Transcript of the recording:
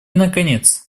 наконец